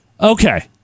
Okay